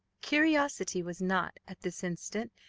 curiosity was not, at this instant,